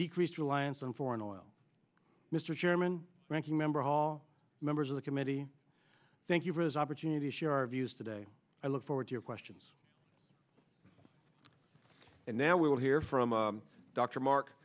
decreased reliance on foreign oil mr chairman ranking member all members of the committee thank you for those opportunities share our views today i look forward to your questions and now we will hear from dr mark